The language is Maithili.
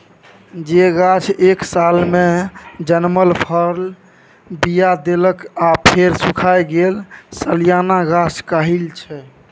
जे गाछ एक सालमे जनमल फर, बीया देलक आ फेर सुखाए गेल सलियाना गाछ कहाइ छै